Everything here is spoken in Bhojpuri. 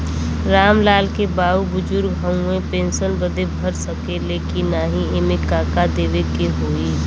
राम लाल के बाऊ बुजुर्ग ह ऊ पेंशन बदे भर सके ले की नाही एमे का का देवे के होई?